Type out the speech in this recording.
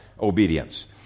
obedience